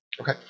Okay